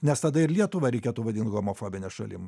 nes tada ir lietuvą reikėtų vadinti homofobine šalim